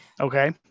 Okay